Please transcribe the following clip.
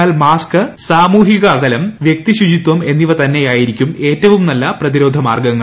എന്നാൽ മാസ്ക് സാമൂഹിക അകലം് വൃക്തി ശുചിത്വം എന്നിവ തന്നെയായിരിക്കും ഏറ്റവും നല്ല പ്രതിരോധമാർഗ്ഗങ്ങൾ